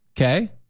Okay